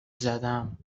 زدم